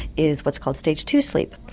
is what's called stage two sleep,